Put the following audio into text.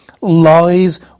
lies